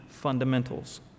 fundamentals